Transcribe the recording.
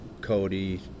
Cody